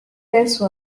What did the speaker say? base